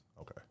Okay